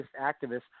activists